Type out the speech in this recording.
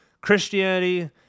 Christianity